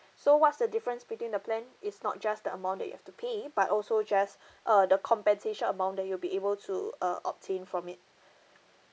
so what's the difference between the plan is not just the amount that you have to pay but also just uh the compensation amount that you'll be able to uh obtain from it